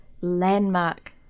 landmark